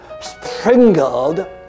sprinkled